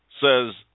says